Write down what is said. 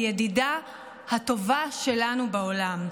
הידידה הטובה שלנו בעולם.